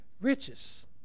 riches